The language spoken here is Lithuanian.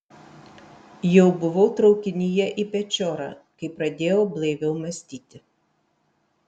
jau buvau traukinyje į pečiorą kai pradėjau blaiviau mąstyti